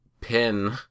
pin